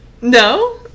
No